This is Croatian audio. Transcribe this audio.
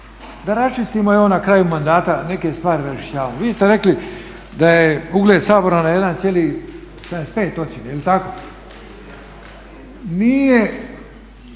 da raščistimo evo na kraju mandata neke stvari …, vi ste rekli da je ugled Sabora na 1,75 ocjene jeli tako. Nije